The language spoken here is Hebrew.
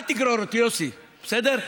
אל תגרור, יוסי, בסדר?